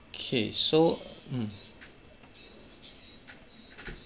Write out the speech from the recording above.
okay so mm